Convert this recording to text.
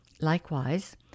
Likewise